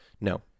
no